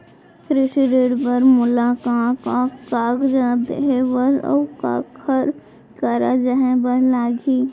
कृषि ऋण बर मोला का का कागजात देहे बर, अऊ काखर करा जाए बर लागही?